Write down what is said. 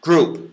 Group